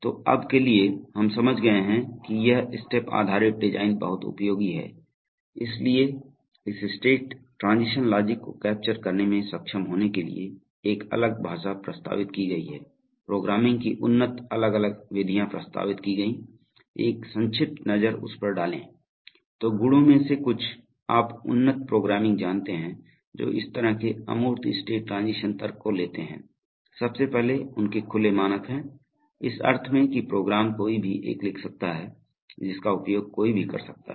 तो अब के लिए हम समझ गए हैं कि यह स्टेप आधारित डिज़ाइन बहुत उपयोगी है इसलिए इस स्टेट ट्रांज़िशन लॉजिक को कैप्चर करने में सक्षम होने के लिए एक अलग भाषा प्रस्तावित की गई है प्रोग्रामिंग की उन्नत अलग अलग विधियाँ प्रस्तावित की गई एक संक्षिप्त नज़र उस पर डालें तो गुणों में से कुछ आप उन्नत प्रोग्रामिंग जानते हैं जो इस तरह के अमूर्त स्टेट ट्रांजीशन तर्क को लेते हैं सबसे पहले उनके खुले मानक हैं इस अर्थ में कि प्रोग्राम कोई भी एक लिख सकता है जिसका उपयोग कोई भी कर सकता है